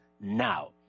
now